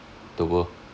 the world